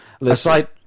Aside